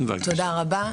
תודה רבה.